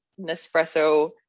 Nespresso